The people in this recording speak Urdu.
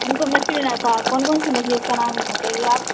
ہم کو مچھلی لینا تھا کون کون سی مچھلی اس کا نام بتائیے آپ